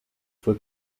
fue